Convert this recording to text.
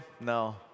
No